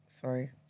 Sorry